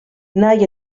nahi